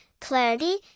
clarity